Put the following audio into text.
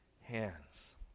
hands